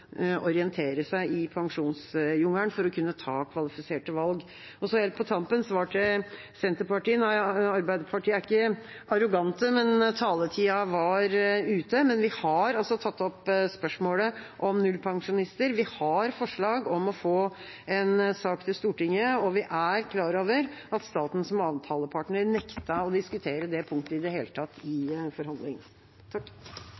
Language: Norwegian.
orientere seg i pensjonsjungelen for å kunne ta kvalifiserte valg. Så helt på tampen et svar til Senterpartiet: Arbeiderpartiet er ikke arrogante, men taletida var ute. Vi har tatt opp spørsmålet om nullpensjonister, vi har forslag om å få en sak til Stortinget, og vi er klar over at staten som avtalepartner nektet å diskutere det punktet i det hele tatt i